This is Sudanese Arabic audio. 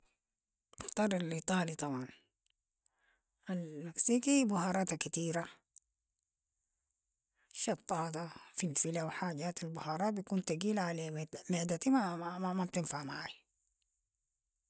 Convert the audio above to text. تختار الايطالي طبعا، المكسيكي بهاراتا كتيرة، شطاتها فلفلها و حاجاتها البهارات بتكون تقيلة على معدتي بتنفع معاي.